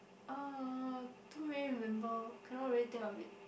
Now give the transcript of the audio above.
uh to many to remember cannot really think of it